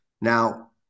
Now